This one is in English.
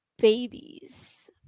babies